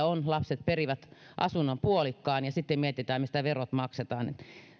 on että lapset perivät asunnon puolikkaan ja sitten mietitään mistä verot maksetaan